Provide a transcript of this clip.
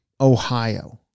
Ohio